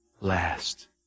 last